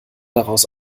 daraus